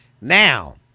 Now